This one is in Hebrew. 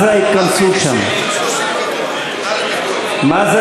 אני לא